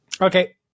Okay